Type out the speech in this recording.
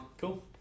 Cool